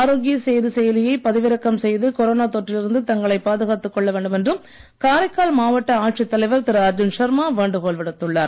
ஆரோக்கிய சேது செயலியை பதிவிறக்கம் செய்து கொரோனா தொற்றில் இருந்து தங்களை பாதுகாத்துக் கொள்ள வேண்டும் என்று காரைக்கால் மாவட்ட ஆட்சி தலைவர் திரு அர்ஜுன் சர்மா வேண்டுகோள் விடுத்துள்ளார்